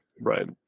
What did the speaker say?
right